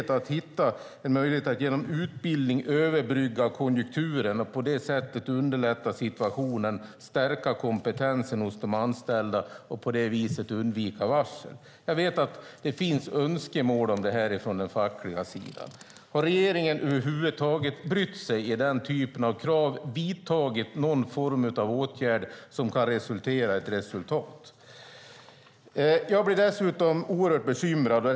Man ville ha en möjlighet att genom utbildning överbrygga konjunkturen, underlätta situationen, stärka kompetensen hos de anställda och på det viset undvika varsel. Jag vet att det finns önskemål om detta från den fackliga sidan. Har regeringen över huvud taget brytt sig om den typen av krav och vidtagit någon form av åtgärd som kan ge resultat? Jag blir oerhört bekymrad.